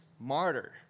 martyr